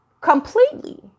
completely